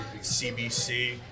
CBC